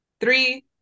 three